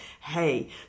hey